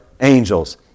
angels